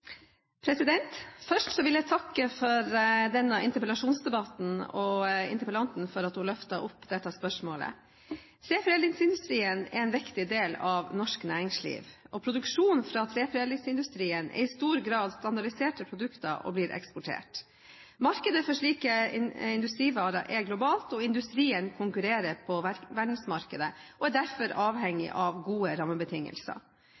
framover. Først vil jeg takke for denne interpellasjonsdebatten og interpellanten for at hun løfter opp dette spørsmålet. Treforedlingsindustrien er en viktig del av norsk næringsliv. Produksjon fra treforedlingsindustrien er i stor grad standardiserte produkter og blir eksportert. Markedet for slike industrivarer er globalt. Industrien konkurrerer på verdensmarkedet og er derfor